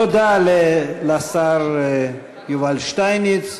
תודה לשר יובל שטייניץ,